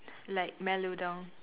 like mellow down